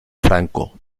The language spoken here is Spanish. franco